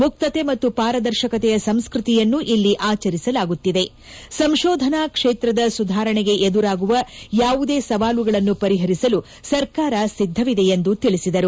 ಮುಕ್ತತೆ ಮತ್ತು ಪಾರದರ್ಶಕತೆಯ ಸಂಸ್ಕೃತಿಯನ್ನು ಇಲ್ಲಿ ಆಚರಿಸಲಾಗುತ್ತಿದೆ ಸಂಶೋಧನಾ ಕ್ಷೇತ್ರದ ಸುಧಾರಣೆಗೆ ಎದುರಾಗುವ ಯಾವುದೇ ಸವಾಲುಗಳನ್ನು ಪರಿಹರಿಸಲು ಸರ್ಕಾರ ಸಿದ್ದವಿದೆ ಎಂದು ತಿಳಿಸಿದರು